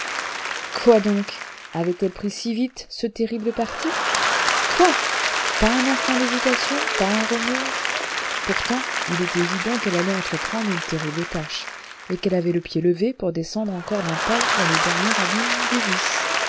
quoi donc avait-elle pris si vite ce terrible parti quoi pas un instant d'hésitation pas un remords pourtant il était évident qu'elle allait entreprendre une terrible tâche et qu'elle avait le pied levé pour descendre encore d'un pas dans le dernier abîme du vice